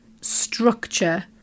structure